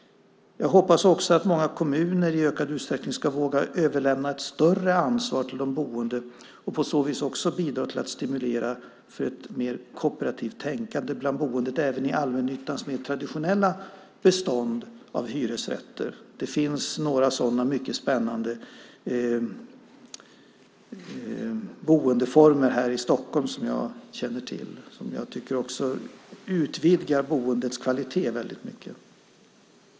Jag hoppas också att många kommuner i ökad uträckning ska våga överlämna ett större ansvar till de boende och på så vis också bidra till att stimulera ett mer kooperativt tänkande bland boendet även i allmännyttans mer traditionella bestånd av hyresrätter. Det finns några sådana mycket spännande boendeformer här i Stockholm som jag känner till och som jag tycker också utvidgar boendets kvalitet väldigt mycket.